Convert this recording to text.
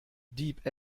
deep